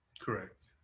correct